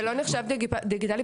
זה לא נחשב דיגיטלי,